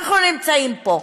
אנחנו נמצאים פה,